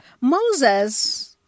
Moses